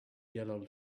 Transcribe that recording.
yellow